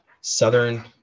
Southern